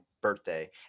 birthday